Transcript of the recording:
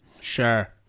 Sure